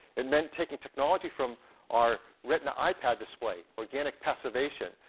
and then taking technology from our retina ipad display, organic passivation,